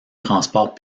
transport